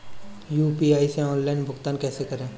UPI से online भुगतान कैसे करें?